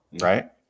right